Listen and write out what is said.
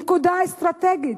נקודה אסטרטגית.